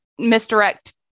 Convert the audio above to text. Misdirect